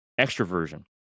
extroversion